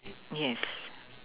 yes